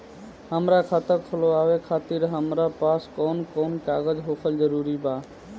हमार खाता खोलवावे खातिर हमरा पास कऊन कऊन कागज होखल जरूरी बा?